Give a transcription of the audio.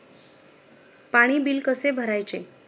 पाणी बिल कसे भरायचे?